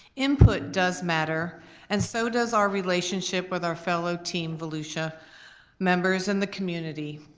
input does matter, and so does our relationship with our fellow team volusia members and the community.